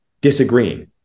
disagreeing